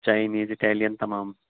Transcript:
Chinese Italian تَمام